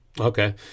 Okay